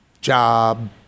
job